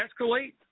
escalate